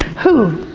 who?